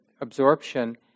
absorption